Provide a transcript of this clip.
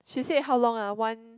she said how long ah one